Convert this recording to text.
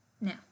now